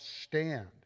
stand